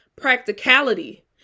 practicality